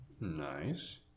Nice